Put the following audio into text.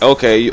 Okay